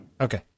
Okay